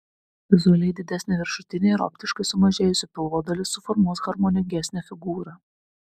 vizualiai didesnė viršutinė ir optiškai sumažėjusi pilvo dalis suformuos harmoningesnę figūrą